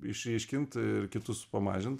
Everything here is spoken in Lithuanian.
išryškint ir kitus pamažint